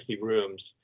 rooms